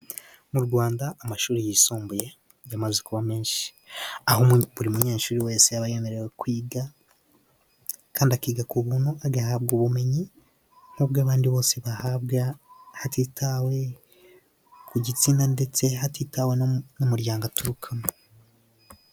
Mu Rwanda amashuri yisumbuye yamaze kuba menshi, aho buri munyeshuri wese aba yemerewe kwiga, kandi akiga ku buntu, agahabwa ubumenyi nk'ubw'abandi bose bahabwa hatitawe ku gitsina, ndetse hatitawe n'umuryango aturukamo.